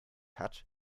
hat